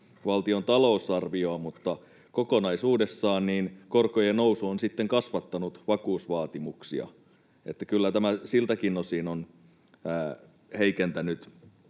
valtion talousarvioon, mutta kokonaisuudessaan korkojen nousu on sitten kasvattanut vakuusvaatimuksia, niin että kyllä tämä siltäkin osin on heikentänyt